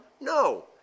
No